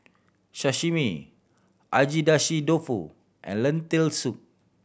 Sashimi Agedashi Dofu and Lentil Soup